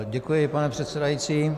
Děkuji, pane předsedající.